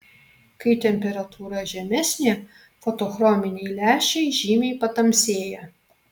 kai temperatūra žemesnė fotochrominiai lęšiai žymiai patamsėja